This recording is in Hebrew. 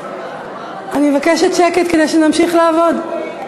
אני מבקשת שקט כדי שנמשיך לעבוד.